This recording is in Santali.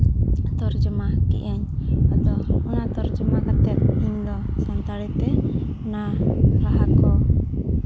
ᱛᱚᱨᱡᱚᱢᱟ ᱠᱮᱜ ᱟᱹᱧ ᱟᱫᱚ ᱚᱱᱟ ᱛᱚᱨᱡᱚᱢᱟ ᱠᱟᱛᱮᱫ ᱤᱧ ᱫᱚ ᱥᱟᱱᱛᱟᱲᱤ ᱛᱮ ᱚᱱᱟ ᱨᱟᱦᱟ ᱠᱚ